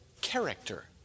character